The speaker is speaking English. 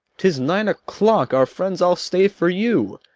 tis nine o'clock our friends all stay for you.